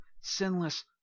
sinless